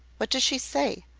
what does she say?